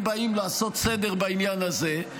אם באים לעשות סדר בעניין הזה,